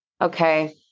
Okay